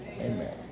Amen